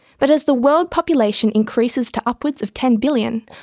but as the world population increases to upwards of ten billion,